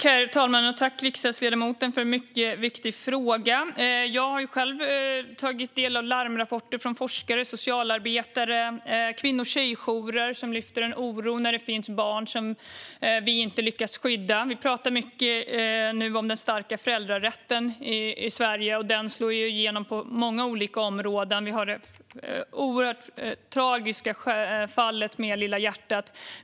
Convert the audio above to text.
Herr talman! Tack, riksdagsledamoten, för en mycket viktig fråga! Jag har själv tagit del av larmrapporter från forskare, socialarbetare och kvinno och tjejjourer som lyfter en oro för att det finns barn som vi inte lyckas skydda. Vi pratar nu mycket om den starka föräldrarätten i Sverige. Den slår igenom på många olika områden. Vi har det oerhört tragiska fallet med Lilla hjärtat.